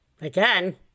again